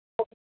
okay